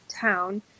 town